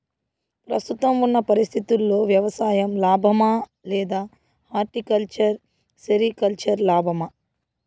ప్రస్తుతం ఉన్న పరిస్థితుల్లో వ్యవసాయం లాభమా? లేదా హార్టికల్చర్, సెరికల్చర్ లాభమా?